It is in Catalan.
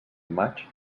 maig